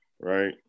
right